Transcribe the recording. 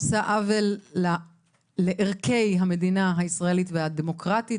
עושה עוול לערכי המדינה הישראלית והדמוקרטית,